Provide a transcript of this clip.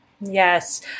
Yes